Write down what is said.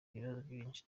ibibazo